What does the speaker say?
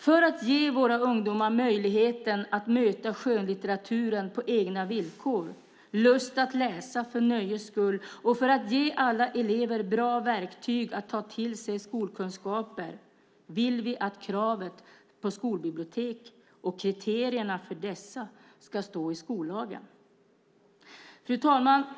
För att ge våra ungdomar möjligheten att möta skönlitteraturen på egna villkor, lust att läsa för nöjes skull och för att ge alla elever bra verktyg att ta till sig skolkunskaper vill vi att kravet på skolbibliotek och kriterierna för dessa ska stå i skollagen. Fru talman!